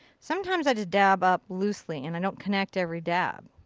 sometimes i just dab up loosely and i don't connect every dab.